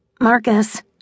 marcus